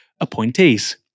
appointees